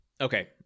Okay